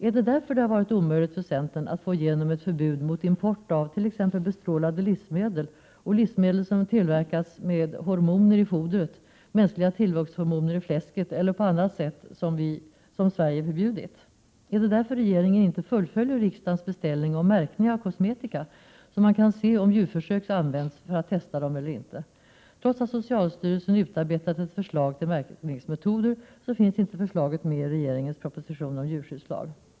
Är det därför som det har varit omöjligt för centern att få igenom ett förbud mot import av t.ex. bestrålade livsmedel och livsmedel som tillverkats med hormoner i fodret, med mänskliga tillväxthormoner i fläsket eller på andra sätt som Sverige förbjudit? Är det därför regeringen inte fullföljer riksdagens beställning om märkning av kosmetika så att man kan se om djurförsök använts för att testa dem eller inte? Trots att socialstyrelsen utarbetade ett förslag till märkningsmetoder finns inte förslaget med i regeringens proposition om djurskyddslag.